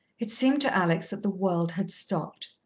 it seemed to alex that the world had stopped.